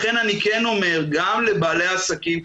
לכן אני כן אומר גם לבעלי העסקים,